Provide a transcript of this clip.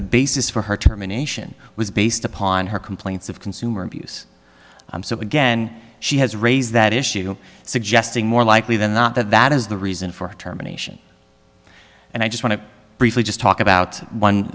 the basis for her terminations was based upon her complaints of consumer abuse so again she has raised that issue suggesting more likely than not that that is the reason for terminations and i just want to briefly just talk about one